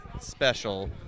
special